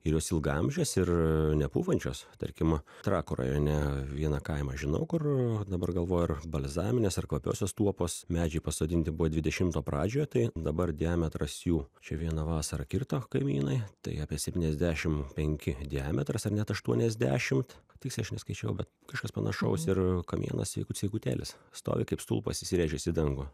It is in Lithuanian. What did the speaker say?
ir jos ilgaamžės ir nepūvančios tarkim trakų rajone vieną kaimą žinau kur dabar galvoju ar balzaminės ar kvapiosios tuopos medžiai pasodinti buvo dvidešimto pradžioje tai dabar diametras jų čia vieną vasarą kirto kaimynai tai apie septyniasdešim penki diametras ar net aštoniasdešimt tiksliai aš neskaičiavau bet kažkas panašaus ir kamienas sveikut sveikutėlis stovi kaip stulpas įsirėžęs į dangų